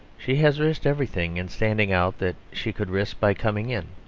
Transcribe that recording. she has risked everything in standing out that she could risk by coming in.